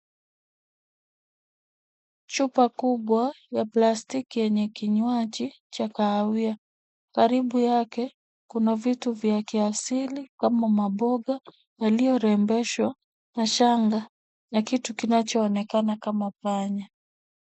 Chupa kubwa ya plastiki yenye kinywaji cha kahawia. Karibu yake kuna vitu vya kiasili kama maboga yaliyorembeshwa na shanga, na kitu kinachoonekana kama panya.